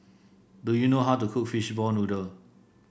do you know how to cook Fishball Noodle